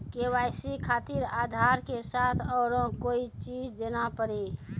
KYC खातिर आधार के साथ औरों कोई चीज देना पड़ी?